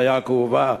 בעיה כאובה: